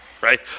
right